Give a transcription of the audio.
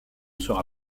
sera